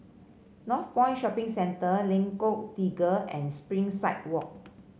Northpoint Shopping Centre Lengkong Tiga and Springside Walk